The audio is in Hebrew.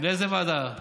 לאיזו ועדה?